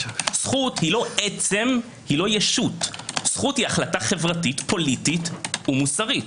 זהות היא לא עצם או ישות אלא החלטה חברתית פוליטית ומוסרית